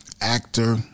actor